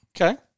Okay